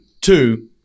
Two